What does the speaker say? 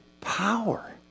power